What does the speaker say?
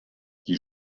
die